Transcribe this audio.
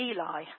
Eli